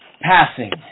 Passing